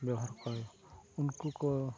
ᱵᱮᱣᱦᱟᱨ ᱠᱚᱣᱟᱭ ᱩᱱᱠᱩ ᱠᱚ